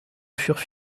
furent